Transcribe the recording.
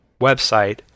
website